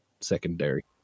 secondary